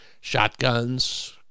shotguns